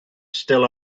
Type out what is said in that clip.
still